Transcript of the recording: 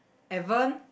Ivan